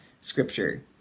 scripture